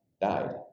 died